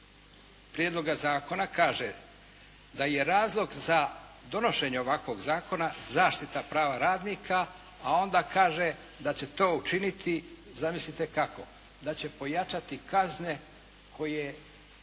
prijedloga zakona kaže da je razlog za donošenje ovakvog zakona zaštita prava radnika, a onda kaže da će to učiniti zamislite kako? Da će pojačati kazne koje inspekcija